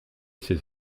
ces